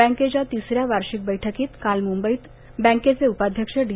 बॅंकेच्या तिसऱ्या वार्षिक बैठकीत काल मुंबईत बॅंकेचे उपाध्यक्ष डी